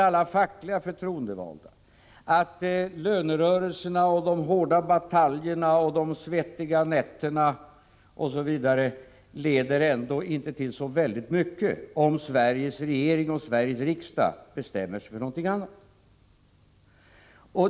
Alla fackliga förtroendevalda inser att lönerörelserna, de hårda bataljerna, de svettiga nätterna osv. ändå inte leder till så särskilt mycket, om Sveriges regering och Sveriges riksdag bestämmer sig för någonting annat.